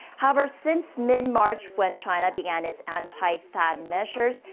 however, since mid-march. when china began its anti-thaad measures.